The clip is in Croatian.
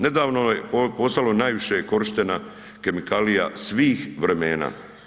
Nedavno je postalo najviše korištena kemikalija svih vremena.